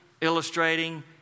illustrating